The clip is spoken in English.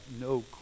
no